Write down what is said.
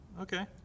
Okay